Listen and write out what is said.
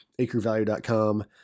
AcreValue.com